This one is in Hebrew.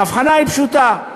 ההבחנה היא פשוטה: